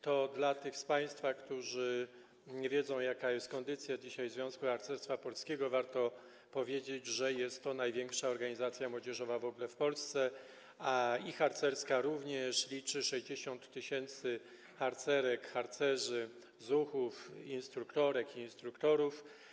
Tym z państwa, którzy nie wiedzą, jaka jest dzisiaj kondycja Związku Harcerstwa Polskiego, warto powiedzieć, że jest to największa organizacja młodzieżowa w ogóle w Polsce, harcerska również - liczy 60 tys. harcerek, harcerzy, zuchów, instruktorek, instruktorów.